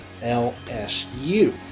LSU